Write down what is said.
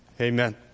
Amen